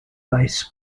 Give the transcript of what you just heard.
base